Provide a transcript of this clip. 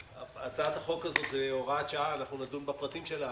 הצעת החוק הזו היא הוראת שעה שנדון בפרטים שלה,